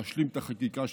להשלים את החקיקה,